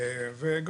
בנוסף,